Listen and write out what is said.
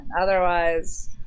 Otherwise